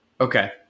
Okay